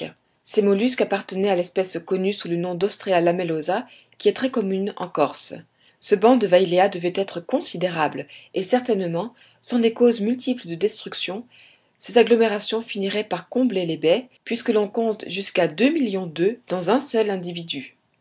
ces mollusques appartenaient à l'espèce connue sous le nom d'ostrea lamellosa qui est très commune en corse ce banc de wailea devait être considérable et certainement sans des causes multiples de destruction ces agglomérations finiraient par combler les baies puisque l'on compte jusqu'à deux millions d'oeufs dans un seul